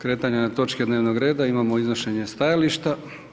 Prije kretanja na točke dnevnog reda imamo iznošenje stajališta.